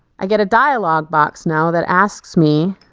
i get a dialog box now that asks me